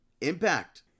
Impact